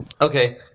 Okay